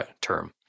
term